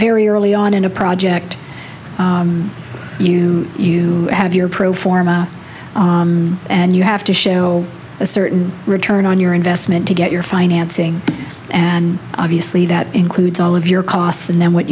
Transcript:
very early on in a project you you have your pro forma and you have to show a certain return on your investment to get your financing and obviously that includes all of your costs and then what